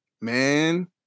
Man